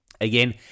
Again